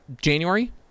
January